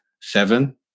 seven